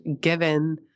given